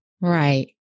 Right